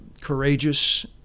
courageous